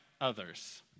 others